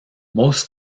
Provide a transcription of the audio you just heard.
most